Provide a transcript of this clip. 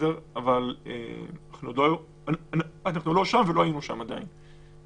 אבל אנחנו לא שם ולא היינו שם עדיין.